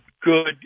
good